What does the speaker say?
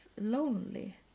lonely